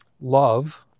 love